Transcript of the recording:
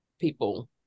people